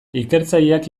ikertzaileak